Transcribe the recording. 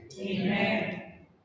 amen